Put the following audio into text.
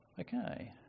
Okay